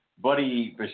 Buddy